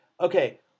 okay